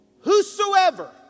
whosoever